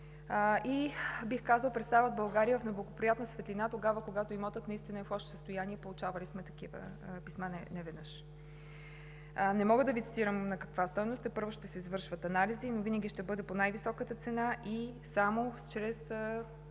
и бих казала представят България в неблагоприятна светлина, когато имотът наистина е в лошо състояние – получавали сме такива писма неведнъж. Не мога да Ви цитирам на каква стойност тепърва ще се извършват анализи, но винаги ще бъде по най-високата цена и само чрез